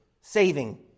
saving